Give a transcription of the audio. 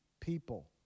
people